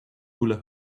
hula